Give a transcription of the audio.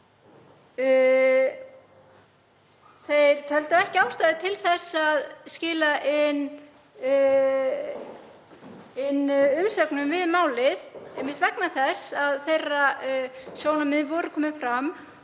Þeir töldu ekki ástæðu til þess að skila inn umsögn um málið einmitt vegna þess að þeirra sjónarmið voru komin fram